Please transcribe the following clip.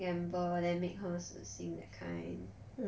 gamble then make her 死心 that kind